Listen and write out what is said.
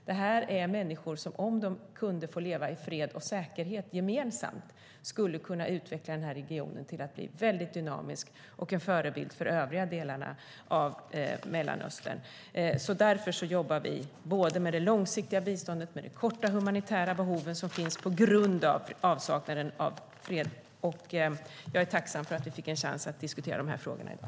Detta är människor som, om de kunde få leva i fred och säkerhet gemensamt, skulle kunna utveckla regionen till att bli väldigt dynamisk och en förebild för de övriga delarna av Mellanöstern. Därför jobbar vi både med det långsiktiga biståndet och med de kortsiktiga humanitära behov som finns på grund av avsaknaden av fred. Jag är tacksam för att vi fick en chans att diskutera dessa frågor i dag.